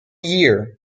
year